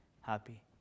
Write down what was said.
happy